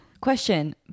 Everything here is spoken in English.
Question